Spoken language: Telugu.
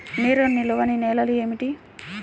నీరు నిలువని నేలలు ఏమిటి?